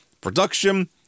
production